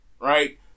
Right